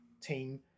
team